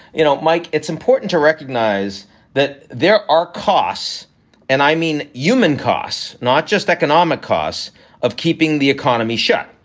you know, mike, it's important to recognize that there are costs and i mean, human costs, not just economic costs of keeping the economy shut.